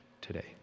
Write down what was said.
today